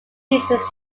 jesus